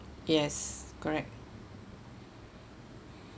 yes correct